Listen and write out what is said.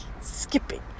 skipping